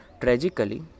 Tragically